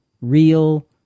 real